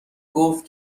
گفت